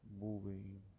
moving